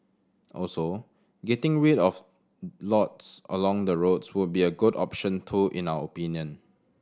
also getting rid of lots along the roads would be a good option too in our opinion